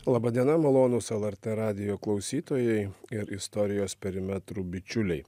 laba diena malonūs lrt radijo klausytojai ir istorijos perimetrų bičiuliai